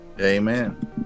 Amen